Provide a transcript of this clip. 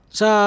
sa